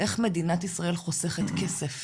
איך מדינת ישראל חוסכת כסף